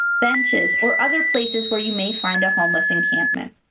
benches or other places where you may find a homeless encampment.